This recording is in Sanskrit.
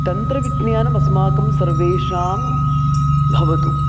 तन्त्रविज्ञानमस्माकं सर्वेषां भवतु